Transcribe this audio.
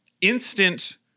instant